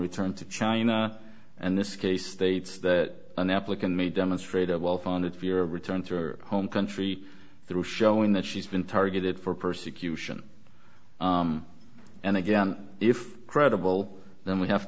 return to china and this case states that an applicant may demonstrate a well founded fear of return to her home country through showing that she's been targeted for persecution and again if credible then we have